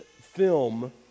film